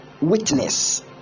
witness